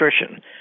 Nutrition